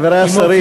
חברי השרים,